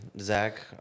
Zach